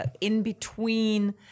in-between